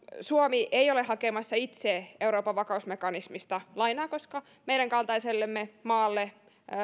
suomi ei ole hakemassa itse euroopan vakausmekanismista lainaa koska meidän kaltaisellemme maalle